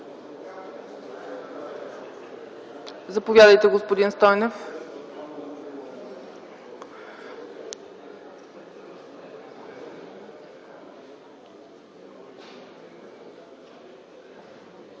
Заповядайте, господин Стойнев.